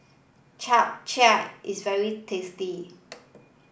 Chap Chai is very tasty